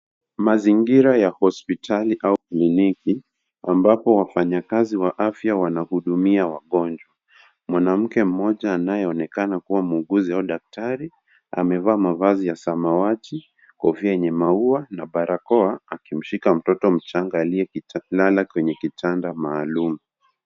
Mazingira ya hospitali au kliniki, ambapo wafanyakazi wa afya wanahudumia wagonjwa. Mwanamke mmoja anayeonekana kuwa muuguzi au daktari, amevaa mavazi ya samawati, kofia yenye maua na barakoa akimshika mtoto mchanga aliyelala kwenye kitanda maalum.